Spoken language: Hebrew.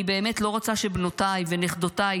אני באמת לא רוצה שבנותיי ונכדותיי